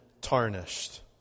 tarnished